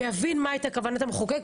ויבין מה הייתה כוונת המחוקק.